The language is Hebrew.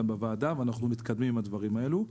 היום בוועדה ואנחנו מתקדמים עם הדברים האלו.